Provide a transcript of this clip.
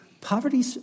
poverty